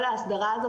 כל ההסדרה הזאת,